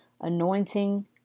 anointing